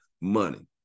money